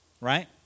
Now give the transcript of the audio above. right